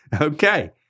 Okay